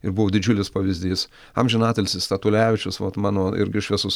ir buvo didžiulis pavyzdys amžinatilsį statulevičius vat mano irgi šviesus